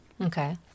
Okay